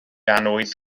annwyd